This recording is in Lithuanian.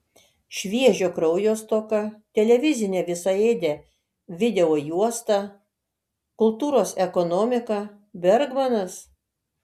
šviežio kraujo stoka televizinė visaėdė videojuosta kultūros ekonomika bergmanas